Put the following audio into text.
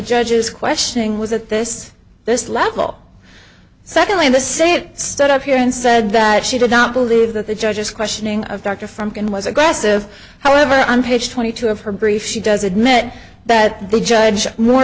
judge's questioning was at this this level secondly the say it stood up here and said that she did not believe that the judge's questioning of doctor from going was aggressive however on page twenty two of her brief she does admit that the judge more